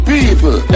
People